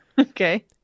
Okay